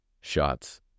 shots